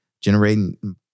generating